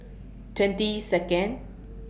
twenty Second